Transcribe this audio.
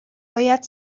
باید